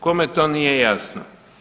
Kome to nije jasno?